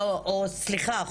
היה,